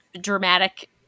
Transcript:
dramatic